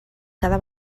cada